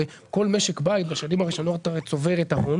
הרי כל משק בית בשנים הראשונות הרי צובר את ההון